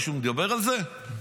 מישהו מדבר על זה?